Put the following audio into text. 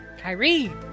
Kyrie